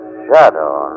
shadow